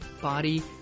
body